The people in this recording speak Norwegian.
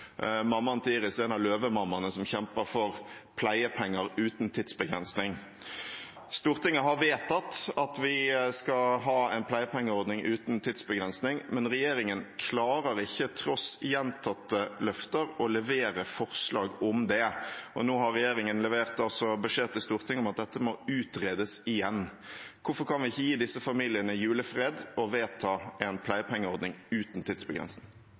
Mammaen til Iris er en av løvemammaene som kjemper for pleiepenger uten tidsbegrensning. Stortinget har vedtatt at vi skal ha en pleiepengeordning uten tidsbegrensning, men regjeringen klarer ikke – tross gjentatte løfter – å levere forslag om det. Nå har regjeringen levert beskjed til Stortinget om at dette må utredes igjen. Hvorfor kan vi ikke gi disse familiene julefred og vedta en pleiepengeordning uten tidsbegrensning?